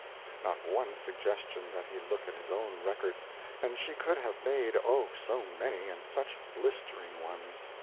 not one suggestion that he look at his own record and she could have made, oh, so many, and such blistering ones!